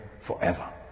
forever